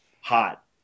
hot